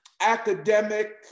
academic